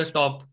top